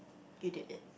you did it